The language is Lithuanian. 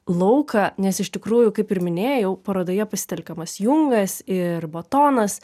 lauką nes iš tikrųjų kaip ir minėjau parodoje pasitelkiamas jungas ir botonas